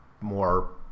more